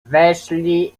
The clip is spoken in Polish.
weszli